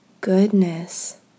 goodness